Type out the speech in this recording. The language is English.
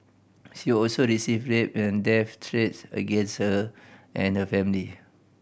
she also received rape and death threats against her and her family